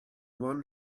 one